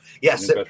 Yes